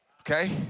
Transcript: Okay